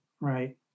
right